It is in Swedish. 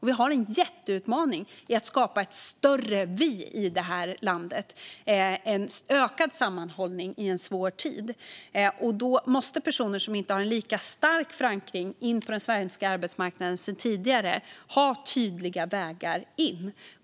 Det är en jätteutmaning att skapa ett större "vi" i det här landet och ökad sammanhållning i en svår tid. Då måste personer som inte har lika stark förankring på svensk arbetsmarknad som andra ha tydliga vägar in.